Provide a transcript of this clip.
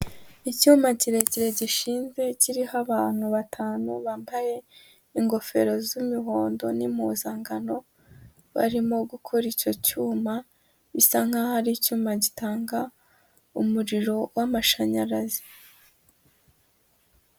Icyuma kirekeire gishinzwe kiriho abantu batanu bambaye ingofero z'imihondo n'impuzangano barimo gukora icyo cyuma bisa nk'aho ari icyuma gitanga umuriro w'amashanyarazi.